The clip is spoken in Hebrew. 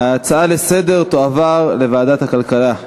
ההצעה לסדר-היום תועבר לוועדת הכלכלה.